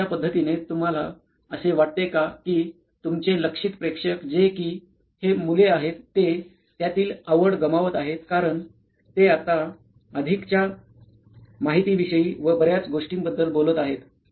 तर अश्या पद्धतीने तुम्हाला असे वाटते का कि तुमचे लक्षित प्रेक्षक जे कि हे मुले आहेत ते त्यातील आवड गमावत आहेत कारण ते आता अधिकच्या माहितीविषयी व बर्याच गोष्टींबद्दल बोलत आहेत